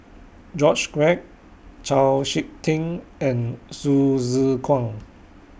George Quek Chau Sik Ting and Hsu Tse Kwang